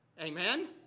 amen